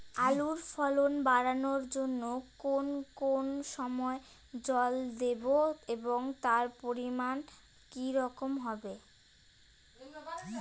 আলুর ফলন বাড়ানোর জন্য কোন কোন সময় জল দেব এবং তার পরিমান কি রকম হবে?